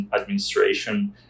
administration